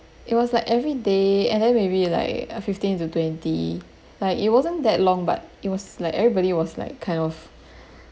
it was like every day and then maybe like uh fifteen to twenty like it wasn't that long but it was like everybody was like kind of